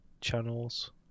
channels